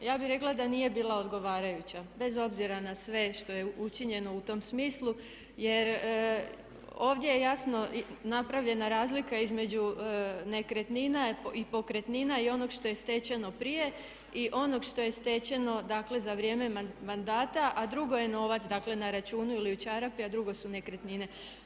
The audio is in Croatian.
Ja bih rekla da nije bila odgovarajuća, bez obzira na sve što je učinjeno u tom smislu jer ovdje je jasno napravljena razlika između nekretnina i pokretnina i onog što je stečeno prije i onog što je stečeno dakle za vrijeme mandata, a drugo je novac na računu ili u čarapi, a drugo su nekretnine.